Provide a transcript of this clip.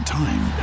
time